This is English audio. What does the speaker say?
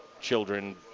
children